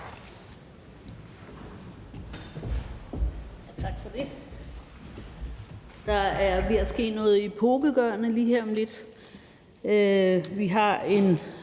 Tak for det. Der er ved at ske noget epokegørende lige her om lidt. Vi har en